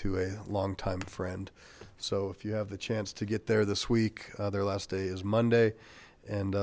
to a longtime friend so if you have the chance to get there this week their last day is monday and